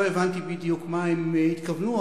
שלא הבנתי בדיוק למה הם התכוונו,